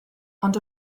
ond